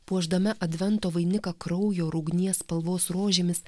puošdame advento vainiką kraujo ir ugnies spalvos rožėmis